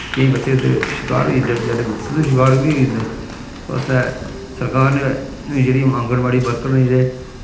केईं बच्चे ते शकार होई जंदे बचारे मृतु दे शकार बी होई जंदे इस बास्तै सरकार ने जेह्ड़े हून आंगनबाड़ी वर्कर न जेह्ड़े